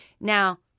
Now